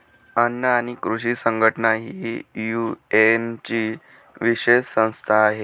अन्न आणि कृषी संघटना ही युएनची विशेष संस्था आहे